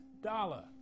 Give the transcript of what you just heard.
dollar